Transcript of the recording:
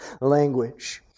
language